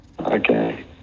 Okay